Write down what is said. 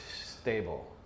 stable